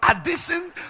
addition